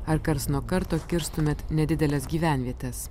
ar karts nuo karto atkirstumėt nedideles gyvenvietes